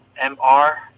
M-R